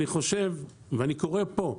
אני קורא פה,